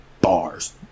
Bars